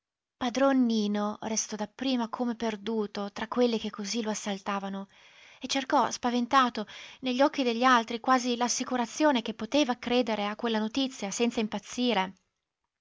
padron nino restò dapprima come perduto tra quelli che così lo assaltavano e cercò spaventato negli occhi degli altri quasi l'assicurazione che poteva credere a quella notizia senza impazzire